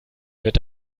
wird